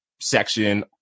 section